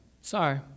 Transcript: sorry